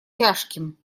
тяжким